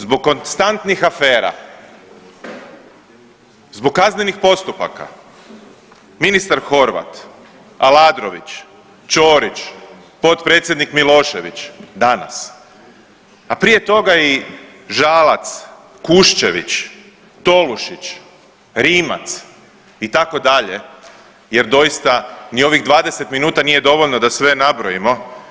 Zbog konstantnih afera, zbog kaznenih postupaka ministar Horvat, Aladrović, Ćorić, potpredsjednik Milošević danas, a prije toga i Žalac, Kuščević, Tolušić, Rimac itd. jer doista ni ovih 20 minuta nije dovoljno da sve nabrojimo.